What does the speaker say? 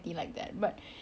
saya rasa